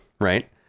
right